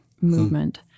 movement